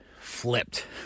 flipped